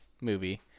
movie